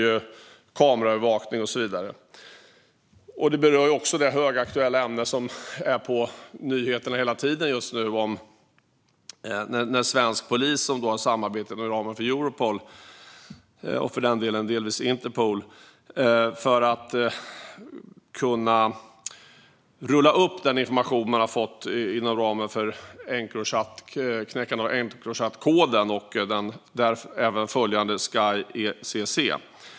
Sveriges tillträde till Europarådets konven-tion om it-relaterad brottslighet Det berör också det högaktuella ämne vi hör om på nyheterna hela tiden just nu när svensk polis har samarbete inom Europol, och för den delen även delvis Interpol, för att kunna rulla upp den information man har fått inom ramen för Encrochat och knäcka den koden och även den följande Sky ECC.